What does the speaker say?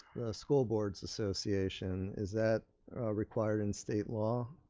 school boards association. is that required in state law?